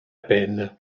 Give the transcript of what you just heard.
peine